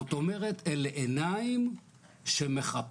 זאת אומרת, אלה עיניים שמחפשות,